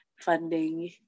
funding